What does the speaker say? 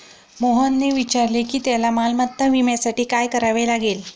मोहनने विचारले की त्याला मालमत्ता विम्यासाठी काय करावे लागेल?